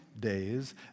days